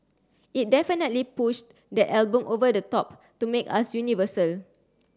it definitely pushed that album over the top to make us universal